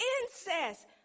Incest